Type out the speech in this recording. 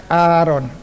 Aaron